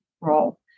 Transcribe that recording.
role